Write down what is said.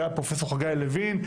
פרופ' חגי לוין,